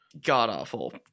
God-awful